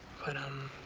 but, um,